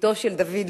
בתו של דוד לוי,